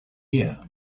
year